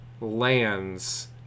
lands